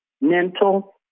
mental